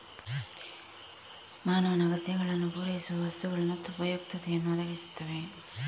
ಮಾನವನ ಅಗತ್ಯಗಳನ್ನು ಪೂರೈಸುವ ವಸ್ತುಗಳು ಮತ್ತು ಉಪಯುಕ್ತತೆಯನ್ನು ಒದಗಿಸುತ್ತವೆ